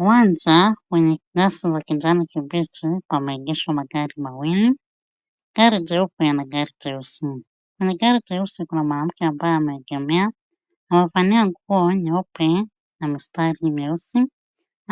Uwanja wenye nyasi za Kijani kibichi pameegeshwa magari mawili. Gari jeupe na gari jeusi. Kwenye gari jeusi kuna mwanamke ambaye ameegemea. Amevalia nguo nyeupe na mistari meusi.